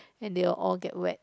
and they will all get wet